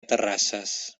terrasses